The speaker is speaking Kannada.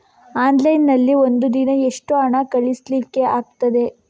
ಆನ್ಲೈನ್ ನಲ್ಲಿ ಒಂದು ದಿನ ಎಷ್ಟು ಹಣ ಕಳಿಸ್ಲಿಕ್ಕೆ ಆಗ್ತದೆ?